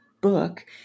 book